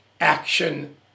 action